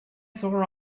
sore